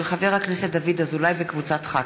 מאת חברי הכנסת משה גפני, אורי מקלב ויעקב אשר,